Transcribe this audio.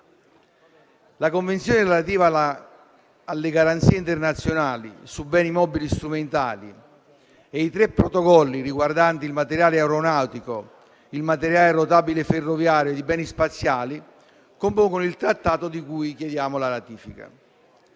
La Convenzione relativa alle garanzie internazionali su beni mobili strumentali e i tre protocolli riguardanti il materiale aeronautico, il materiale rotabile ferroviario e i beni spaziali compongono il Trattato di cui chiediamo la ratifica.